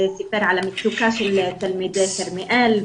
סיפר על המצוקה של תלמידי כרמיאל,